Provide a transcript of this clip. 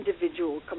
individual